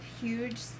huge